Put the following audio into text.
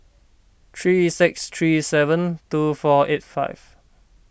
three six three seven two four eight five